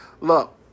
Look